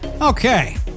Okay